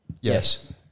Yes